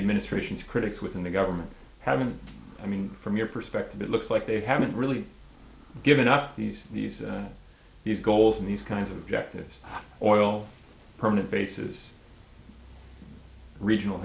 administration's critics within the government have been i mean from your perspective it looks like they haven't really given up these these these goals and these kinds of directives oil permanent bases regional